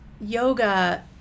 yoga